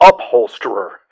upholsterer